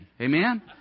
amen